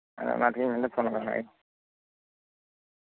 ᱚᱱᱟᱛᱮᱜᱤᱧ ᱢᱮᱱᱫᱟ ᱯᱷᱳᱱ ᱞᱮᱜᱟ ᱠᱟᱜ ᱜᱤᱧ